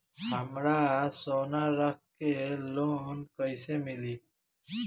हमरा सोना रख के लोन कईसे मिली?